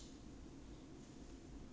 your favourite sage color